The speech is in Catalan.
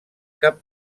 cap